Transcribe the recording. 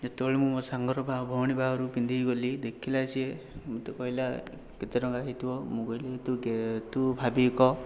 ଯେତେବେଳେ ମୁଁ ମୋ ସାଙ୍ଗର ବା ଭଉଣୀ ବାହାଘରକୁ ପିନ୍ଧିକି ଗଲି ଦେଖିଲା ସିଏ ମୋତେ କହିଲା କେତେ ଟଙ୍କା ହେଇଥିବ ମୁଁ କହିଲି ତୁ କେ ତୁ ଭାବିକି କହ